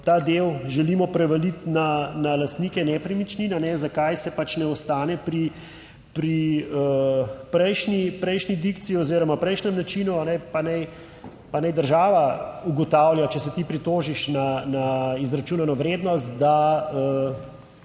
ta del želimo prevaliti na lastnike nepremičnin, zakaj se pač ne ostane pri prejšnji dikciji oziroma prejšnjem načinu, pa naj, pa naj država ugotavlja, če se ti pritožiš na izračunano vrednost, da